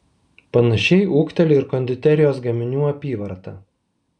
panašiai ūgteli ir konditerijos gaminių apyvarta